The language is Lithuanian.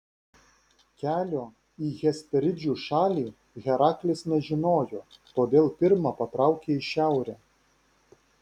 kelio į hesperidžių šalį heraklis nežinojo todėl pirma patraukė į šiaurę